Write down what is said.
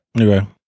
Okay